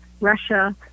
Russia